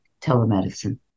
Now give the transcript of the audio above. telemedicine